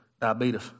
diabetes